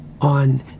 on